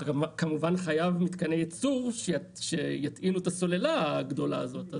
אתה כמובן גם חייב מתקני ייצור שיטעינו את הסוללה הגדולה הזאת.